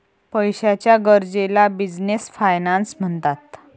पैशाच्या गरजेला business finance म्हणतात